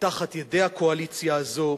מתחת ידי הקואליציה הזאת.